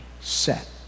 set